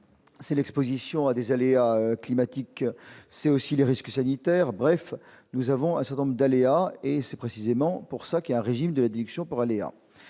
c'est l'Exposition à des aléas climatiques, c'est aussi les risques sanitaires, bref, nous avons à cet homme d'aléas et c'est précisément pour ça qu'il a un régime de la direction pour aller